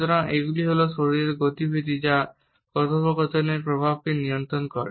সুতরাং এইগুলি হল শরীরের গতিবিধি যা কথোপকথনের প্রবাহকে নিয়ন্ত্রণ করে